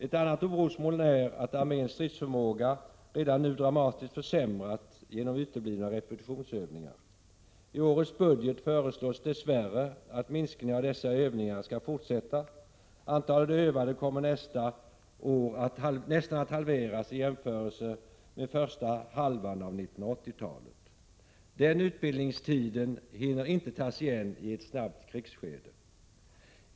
Ett annat orosmoln är att arméns stridsförmåga redan nu dramatiskt | försämrats genom uteblivna repetitionsövningar. I årets budget föreslås dess värre att minskningen i fråga om dessa övningar skall fortsätta. Antalet 69 övade kommer nästan att halveras i jämförelse med första halvan av 1980-talet. Den utbildningstiden hinner inte tas igen i ett snabbt krigsskede.